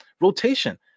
rotation